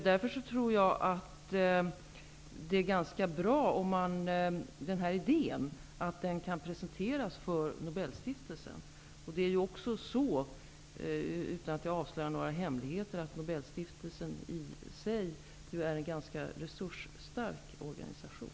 Därför tror jag att det är ganska bra om den här idén kan presenteras för Nobelstiftelsen. Utan att avslöja några hemligheter kan jag säga att Nobelstiftelsen i sig är en ganska resursstark organisation.